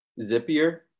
zippier